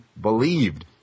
believed